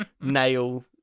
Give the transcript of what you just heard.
nail